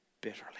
bitterly